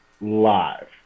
live